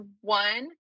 one